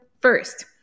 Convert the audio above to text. first